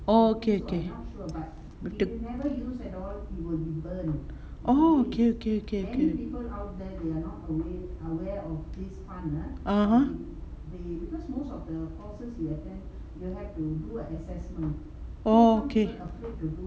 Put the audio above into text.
oh okay okay oh okay okay okay (uh huh) oh okay